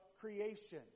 creation